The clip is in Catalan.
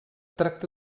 tracta